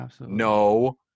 No